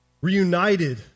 Reunited